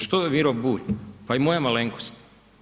Što je Miro Bulj, pa i moja malenkost?